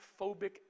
phobic